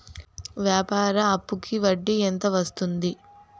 వ్యాపార అప్పుకి వడ్డీ ఎంత వస్తుంది?